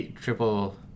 triple